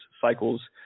cycles